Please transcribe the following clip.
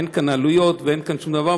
אין כאן עלויות ואין כאן שום דבר.